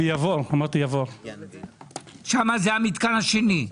ב-יבור נמצא המתקן השני.